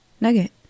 Nugget